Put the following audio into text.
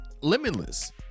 limitless